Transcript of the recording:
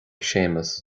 séamus